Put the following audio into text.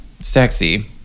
sexy